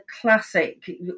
classic